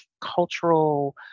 cultural